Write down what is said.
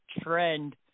trend